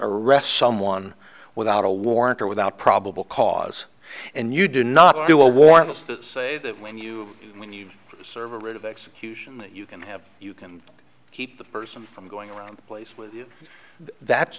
arrest someone without a warrant or without probable cause and you do not do a war that's to say that when you when you serve a writ of execution that you can have you can keep the person from going around the place with you that's